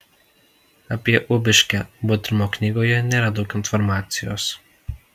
apie ubiškę butrimo knygoje nėra daug informacijos